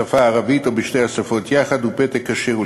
בשפה הערבית או בשתי השפות יחד הוא פתק כשר,